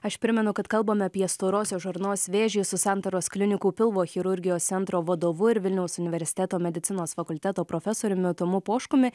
aš primenu kad kalbame apie storosios žarnos vėžį su santaros klinikų pilvo chirurgijos centro vadovu ir vilniaus universiteto medicinos fakulteto profesoriumi tomu poškumi